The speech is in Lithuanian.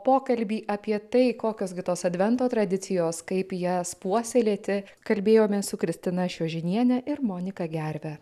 pokalbį apie tai kokios gi tos advento tradicijos kaip jas puoselėti kalbėjomės su kristina šiožiniene ir monika gerve